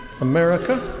America